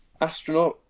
astronaut